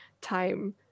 time